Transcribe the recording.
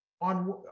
on